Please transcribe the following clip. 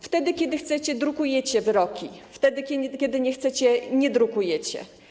Wtedy, kiedy chcecie, drukujecie wyroki, kiedy nie chcecie, nie drukujecie.